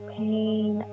pain